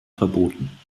verboten